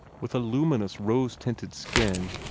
with a luminous rose-tinted skin,